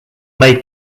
may